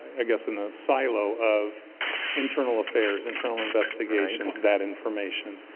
i guess in a silo of internal affairs, internal investigations that information.